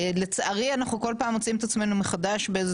לצערי אנחנו כל פעם מוצאים את עצמנו מחדש באיזה